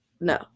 No